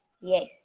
Yes